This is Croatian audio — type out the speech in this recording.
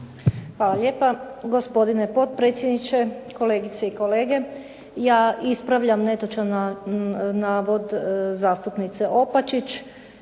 Hvala lijepa. Gospodine potpredsjedniče, kolegice i kolege. Ja ispravljam netočan navod zastupnice Opačić